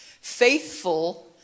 faithful